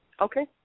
Okay